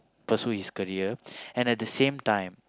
and pursue his career and at the same time